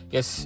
Yes